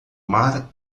mar